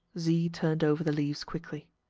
z turned over the leaves quickly.